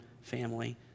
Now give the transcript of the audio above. family